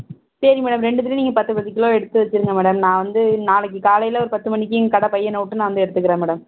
சரி மேடம் ரெண்டித்திலேயும் நீங்கள் பத்து பத்து கிலோ எடுத்து வச்சுருங்க மேடம் நான் வந்து நாளைக்கு காலையில் ஒரு பத்து மணிக்கு எங்கள் கடை பையனை விட்டு நான் வந்து எடுத்துக்கிறேன் மேடம்